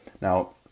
Now